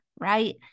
right